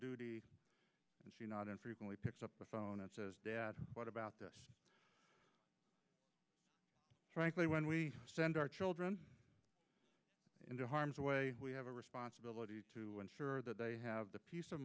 r and she not infrequently picks up the phone and says dad what about this frankly when we send our children into harm's way we have a responsibility to ensure that they have the peace of